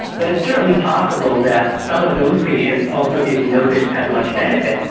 but it's certainly possible that some of those patients also didn't notice as much benefit.